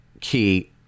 key